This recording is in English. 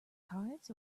cards